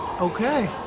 Okay